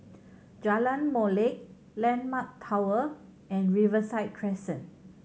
Jalan Molek Landmark Tower and Riverside Crescent